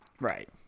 Right